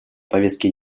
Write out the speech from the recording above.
повестке